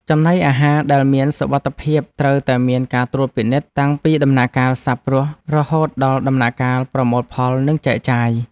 ចំណីអាហារដែលមានសុវត្ថិភាពត្រូវតែមានការត្រួតពិនិត្យតាំងពីដំណាក់កាលសាបព្រោះរហូតដល់ដំណាក់កាលប្រមូលផលនិងចែកចាយ។